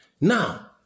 Now